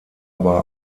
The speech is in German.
aber